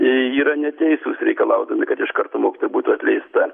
yra neteisūs reikalaudami kad iš karto mokytoja būtų atleista